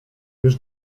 już